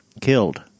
killed